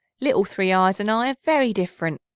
little three-eyes and i are very different.